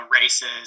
races